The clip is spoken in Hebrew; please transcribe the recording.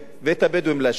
ואת הבדואים לאשכנזים.